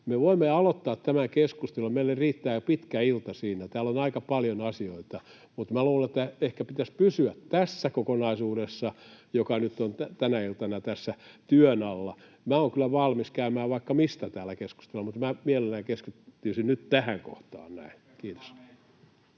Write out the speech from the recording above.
me voimme aloittaa tämä keskustelun, ja meillä riittää pitkään iltaa siinä. Mutta täällä on aika paljon asioita, ja luulen, että ehkä pitäisi pysyä tässä kokonaisuudessa, joka nyt on tänä iltana työn alla. Minä olen kyllä valmis käymään vaikka mistä täällä keskustelua, mutta mielelläni keskittyisin nyt tähän kohtaan. — Kiitos.